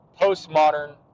postmodern